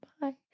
bye